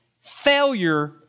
Failure